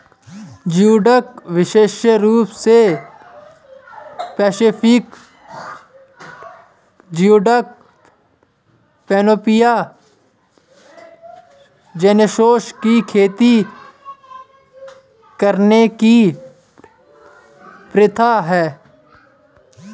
geoduck विशेष रूप से पैसिफिक जियोडक, पैनोपिया जेनेरोसा की खेती करने की प्रथा है